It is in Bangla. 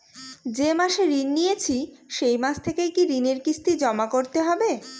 যে মাসে ঋণ নিয়েছি সেই মাস থেকেই কি ঋণের কিস্তি জমা করতে হবে?